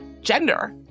gender